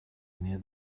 near